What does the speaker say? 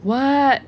what